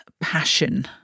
passion